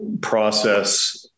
process